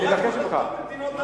חבר הכנסת כץ.